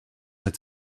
had